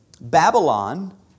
Babylon